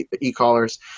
e-collars